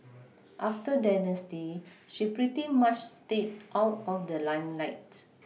after Dynasty she pretty much stayed out of the limelight